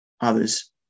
others